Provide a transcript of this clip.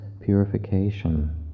purification